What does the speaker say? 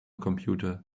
computer